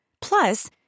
Plus